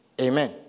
Amen